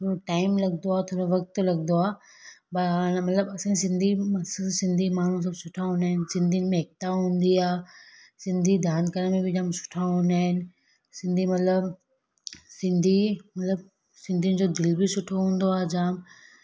time लॻंदो आहे थोरो वक़्तु लॻंदो आहे पर हाणे मतलबु असांजी सिंधी सिंधी माण्हू सभु सुठा हूंदा आहिनि सिंधियुनि में एकिता हूंदी आहे सिंधी दान करण में बि जाम सुठा हूंदा आहिनि सिंधी मतलबु सिंधी मतलबु सिंधियुनि जो दिलि बि सुठो हूंदो आहे जाम